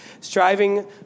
striving